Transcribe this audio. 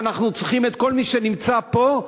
שאנחנו צריכים את כל מי שנמצא פה,